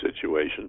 situation